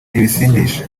ibisindisha